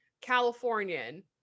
Californian